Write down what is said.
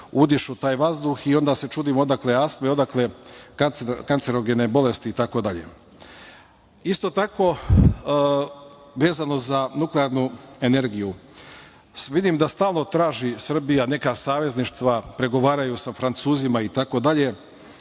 udišu, taj vazduh, a onda se čudimo odakle astma i odakle kancerogene bolesti, itd. Vezano za nuklearnu energiju, vidim da Srbija stalno traži neka savezništva, pregovaraju sa Francuzima itd,